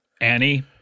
Annie